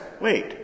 Wait